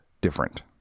different